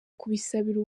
kubisabira